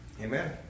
amen